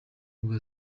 bwa